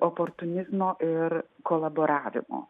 oportunizmo ir kolaboravimo